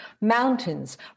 Mountains